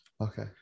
okay